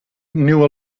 knew